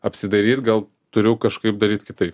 apsidairyt gal turiu kažkaip daryt kitaip